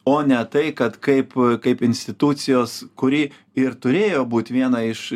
o ne tai kad kaip kaip institucijos kuri ir turėjo būt viena iš